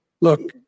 Look